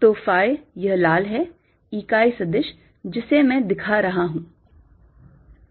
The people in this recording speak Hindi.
तो phi यह लाल है इकाई सदिश जिसे मैं दिखा रहा हूं